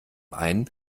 ein